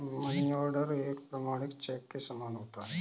money order एक प्रमाणिक cheque के समान होता है